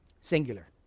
Singular